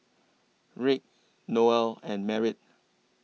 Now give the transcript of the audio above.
Rick Noel and Merritt